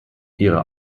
ihre